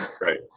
Right